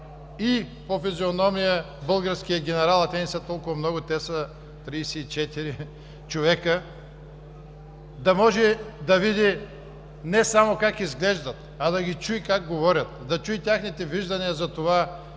и по физиономия българския генерал, а те не са толкова много – те са 34 човека, да може да види не само как изглеждат, а да ги чуе как говорят, да чуе техните виждания за това